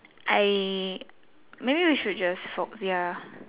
I maybe we should just socks ya